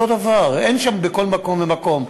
אותו הדבר, אין שם בכל מקום ומקום.